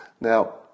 Now